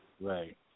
right